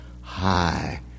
high